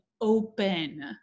open